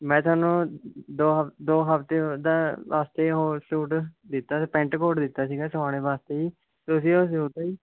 ਮੈਂ ਥੋਨੂੰ ਦੋ ਹਫ ਦੋ ਹਫਤਿਆਂ ਦਾ ਵਸਤੇ ਉਹ ਸੂਟ ਦਿੱਤਾ ਸੀ ਪੈਂਟ ਕੋਟ ਦਿੱਤਾ ਸੀਗਾ ਸੁਆਣੇ ਵਾਸਤੇ ਜੀ ਤੁਸੀਂ ਉਹ ਸਿਉਂਤਾ ਜੀ